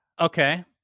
Okay